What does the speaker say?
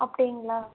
அப்படிங்களா